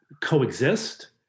coexist